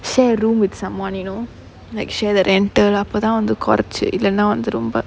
share room with someone you know like share the rental அப்ப தான் வந்து குறைச்சு இல்லனா வந்து ரொம்ப:appa thaan vanthu kuraichu illanaa vanthu romba